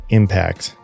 impact